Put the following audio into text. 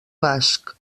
basc